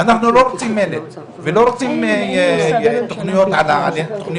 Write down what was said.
אנחנו לא רוצים מלל ולא רוצים תוכניות יפות.